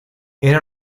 era